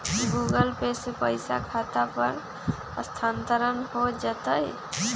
Google Pay से पईसा खाता पर स्थानानंतर हो जतई?